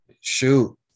shoot